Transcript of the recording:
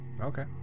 Okay